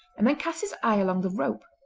and then cast his eye along the rope.